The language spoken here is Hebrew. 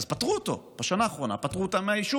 אז פטרו אותם בשנה האחרונה מאישור